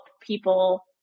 people